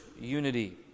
Unity